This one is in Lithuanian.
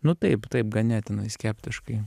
nu taip taip ganėtinai skeptiškai